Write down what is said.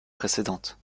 précédente